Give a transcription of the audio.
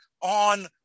on